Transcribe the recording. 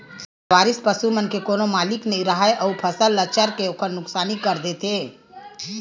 लवारिस पसू मन के कोनो मालिक नइ राहय अउ फसल ल चर के ओखर नुकसानी कर देथे